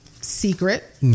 secret